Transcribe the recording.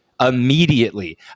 immediately